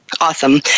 Awesome